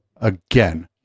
again